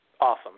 Awesome